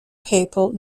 papal